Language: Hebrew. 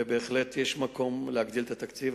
ובהחלט יש מקום להגדיל את התקציב.